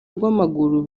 rw’amaguru